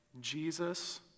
Jesus